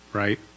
right